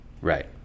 Right